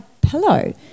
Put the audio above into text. pillow